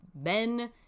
men